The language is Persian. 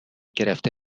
گرفته